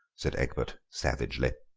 said egbert savagely.